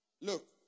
Look